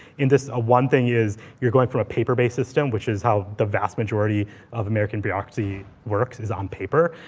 in this one thing is, you're going for a paper based system, which is how the vast majority of american bureaucracy works, is on paper.